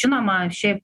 žinoma šiaip